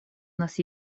нас